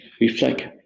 reflect